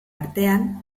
artean